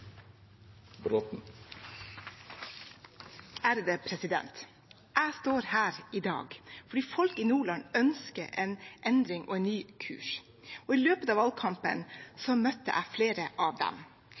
Jeg står her i dag fordi folk i Nordland ønsker en endring og en ny kurs. I løpet av valgkampen